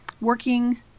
working